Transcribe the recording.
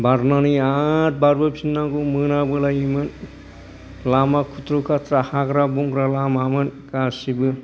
बारनानै आरो बारबोफिननांगौ मोनाबोलायोमोन लामा खुथ्रु खाथ्रा हाग्रा बंग्रा लामामोन गासिबो